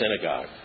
synagogue